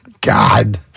God